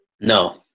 No